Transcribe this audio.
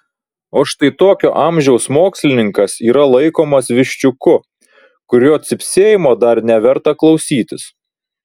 o štai tokio amžiaus mokslininkas yra laikomas viščiuku kurio cypsėjimo dar neverta klausytis